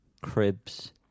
cribs